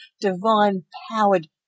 divine-powered